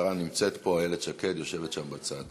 השרה נמצאת פה, איילת שקד יושבת שם בצד.